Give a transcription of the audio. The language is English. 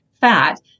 fat